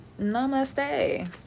Namaste